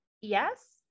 yes